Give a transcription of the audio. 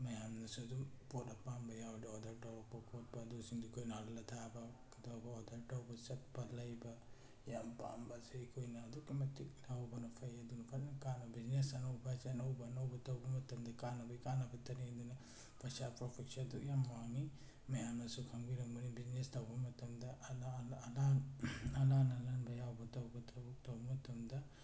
ꯃꯌꯥꯝꯅꯁꯨ ꯑꯗꯨꯝ ꯄꯣꯠ ꯑꯄꯥꯝꯕ ꯌꯥꯎꯔꯗꯤ ꯑꯣꯔꯗꯔ ꯇꯧꯔꯛꯄ ꯈꯣꯠꯄ ꯑꯗꯨꯁꯤꯡꯗꯨ ꯑꯩꯈꯣꯏꯅ ꯍꯜꯂ ꯊꯥꯕ ꯀꯩꯗꯧꯕ ꯑꯣꯔꯗꯔ ꯇꯧꯕ ꯆꯠꯄ ꯂꯩꯕ ꯌꯥꯝ ꯄꯥꯝꯕ ꯁꯤ ꯑꯩꯈꯣꯏꯅ ꯑꯗꯨꯛꯀꯤ ꯃꯇꯤꯛ ꯂꯧꯍꯧꯕꯅ ꯐꯩ ꯑꯗꯨꯅ ꯐꯖꯅ ꯀꯥꯟꯅꯕ ꯕꯤꯖꯤꯅꯦꯁ ꯑꯅꯧꯕ ꯍꯥꯏꯁꯦ ꯑꯅꯧꯕ ꯑꯅꯧꯕ ꯇꯧꯕ ꯃꯇꯝꯗ ꯀꯥꯟꯅꯕꯩ ꯀꯥꯟꯅꯕꯇꯅꯤ ꯑꯗꯨꯅ ꯄꯩꯁꯥ ꯄ꯭ꯔꯣꯐꯤꯠꯁꯦ ꯑꯗꯨꯛ ꯌꯥꯝ ꯋꯥꯡꯉꯤ ꯃꯌꯥꯝꯅꯁꯨ ꯈꯪꯕꯤꯔꯝꯒꯅꯤ ꯕꯤꯖꯤꯅꯦꯁ ꯇꯧꯕ ꯃꯇꯝꯗ ꯑꯅꯥꯟ ꯑꯅꯥꯟ ꯑꯅꯝꯕ ꯌꯥꯎꯕ ꯇꯧꯕ ꯊꯕꯛ ꯇꯧꯕ ꯃꯇꯝꯗ